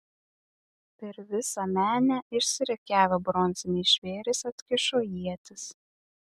per visą menę išsirikiavę bronziniai žvėrys atkišo ietis